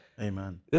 Amen